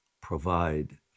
provide